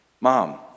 Mom